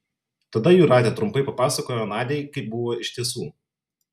tada jūratė trumpai papasakojo nadiai kaip buvo iš tiesų